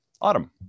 Autumn